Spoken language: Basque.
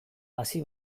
hasi